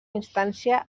instància